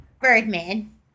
Birdman